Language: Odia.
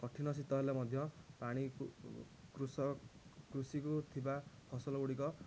କଠିନ ଶୀତ ହେଲେ ମଧ୍ୟ ପାଣି କୃଷକ କୃଷିକୁ ଥିବା ଫସଲ ଗୁଡ଼ିକ